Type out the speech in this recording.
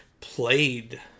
played